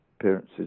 appearances